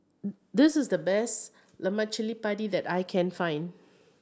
this is the best lemak cili padi that I can find